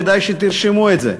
כדאי שתרשמו את זה,